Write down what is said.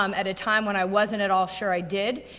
um at a time when i wasn't at all sure i did,